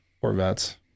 Corvettes